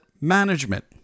Management